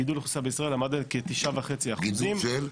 גידול האוכלוסייה בישראל עמד על 9.5%. גידול של?